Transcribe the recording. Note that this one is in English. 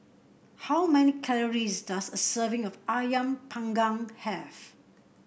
how many calories does a serving of ayam Panggang have